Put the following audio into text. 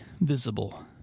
visible